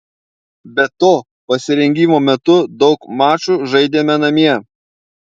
be to pasirengimo metu daug mačų žaidėme namie